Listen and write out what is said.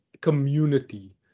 community